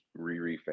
Riri